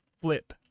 flip